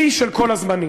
שיא של כל הזמנים.